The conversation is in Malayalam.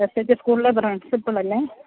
എസ് എച്ച് സ്കൂളിലെ പ്രിൻസിപ്പൽ അല്ലെ